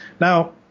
Now